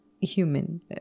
human